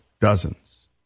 dozens